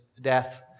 death